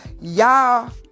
Y'all